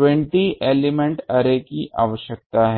20 element array की आवश्यकता है